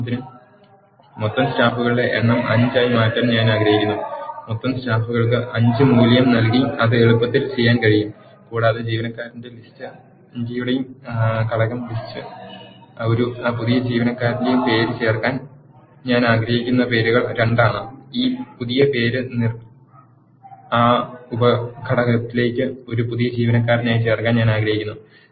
ഉദാഹരണത്തിന് മൊത്തം സ്റ്റാഫുകളുടെ എണ്ണം 5 ആയി മാറ്റാൻ ഞാൻ ആഗ്രഹിക്കുന്നു മൊത്തം സ്റ്റാഫുകൾക്ക് 5 മൂല്യം നൽകി അത് എളുപ്പത്തിൽ ചെയ്യാൻ കഴിയും കൂടാതെ ജീവനക്കാരന്റെ ലിസ്റ്റ് യുടെ ഘടകം ലിസ്റ്റ് യിൽ ഒരു പുതിയ ജീവനക്കാരുടെ പേര് ചേർക്കാൻ ഞാൻ ആഗ്രഹിക്കുന്നു പേരുകൾ 2 ആണ് ഈ പുതിയ പേര് നിർ ആ ഉപ ഘടകത്തിലേക്ക് ഒരു പുതിയ ജീവനക്കാരനായി ചേർക്കാൻ ഞാൻ ആഗ്രഹിക്കുന്നു